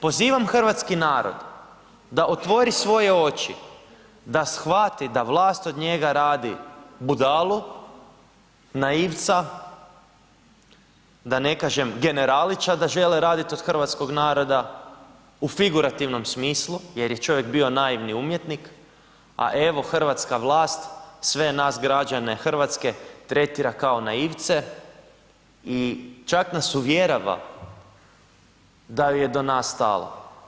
Pozivam hrvatski narod da otvori svoje oči, da shvati da vlast od njega radi budalu, naivca, da ne kažem Generalića da žele raditi od hrvatskog naroda u figurativnom smislu jer je čovjek bio naivni umjetnik, a evo hrvatska vlast sve nas građane Hrvatske tretira kao naivce i čak nas uvjerava da joj je do nas stalo.